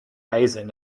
hazen